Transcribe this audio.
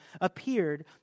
appeared